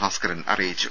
ഭാസ്ക്കരൻ അറിയിച്ചു